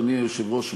אדוני היושב-ראש,